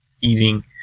eating